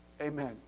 Amen